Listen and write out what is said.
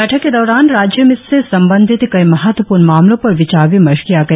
बैठक के दैरान राज्य से संबंधित कई महत्वपूर्ण मामलों पर विचार विमर्श किया गया